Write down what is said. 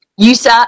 USA